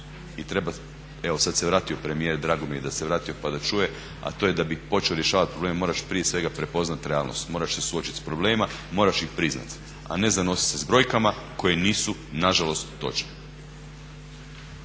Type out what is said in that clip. I treba, evo sada se vratio premijer, drago mi je da se vratio pa da čuje, a to je da bi počeo rješavati probleme moraš prije svega prepoznati realnost, moraš se suočiti sa problemima i moraš ih priznati a ne zanositi se s brojkama koje nisu nažalost točne.